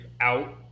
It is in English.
out